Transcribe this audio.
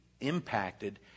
impacted